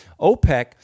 OPEC